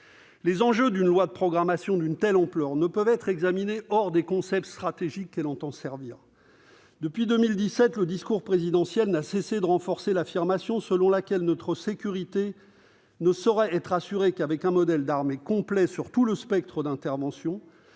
Les enjeux d'une loi de programmation d'une telle ampleur ne peuvent être examinés en faisant abstraction des concepts stratégiques qu'elle entend servir. Depuis 2017, le discours présidentiel n'a cessé de renforcer l'affirmation selon laquelle notre sécurité ne saurait être assurée qu'avec un « modèle d'armée complet sur tout le spectre d'intervention